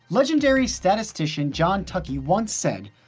legendary statistician john tukey once said,